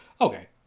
Okay